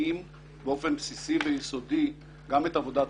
ששוחקים באופן בסיסי ויסודי גם את עבודת